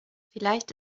vielleicht